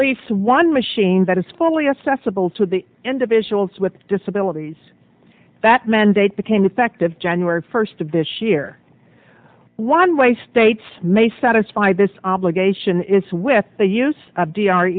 least one machine that is fully accessible to the individuals with disabilities that mandate became effective january first of this year one way states may satisfy this obligation it's with the use of d r